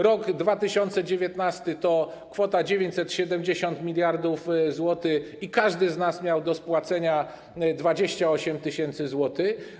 Rok 2019 to kwota 970 mld zł i każdy z nas miał do spłacenia 28 tys. zł.